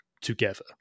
together